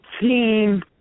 Team